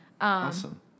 Awesome